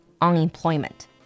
unemployment